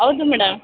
ಹೌದು ಮೇಡಮ್